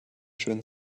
schön